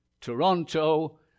Toronto